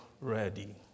ready